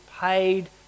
paid